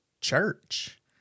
church